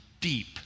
deep